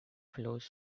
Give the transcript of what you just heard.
flows